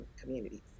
communities